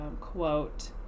quote